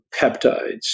peptides